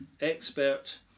expert